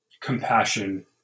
compassion